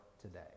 today